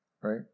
right